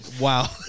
Wow